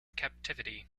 captivity